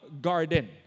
garden